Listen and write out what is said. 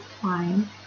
fine